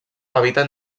hàbitat